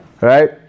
Right